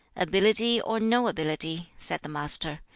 ability or no ability, said the master,